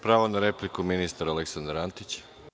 Pravo na repliku ministar Aleksandar Antić.